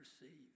receive